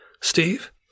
Steve